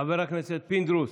חבר הכנסת פינדרוס,